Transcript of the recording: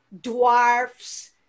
dwarfs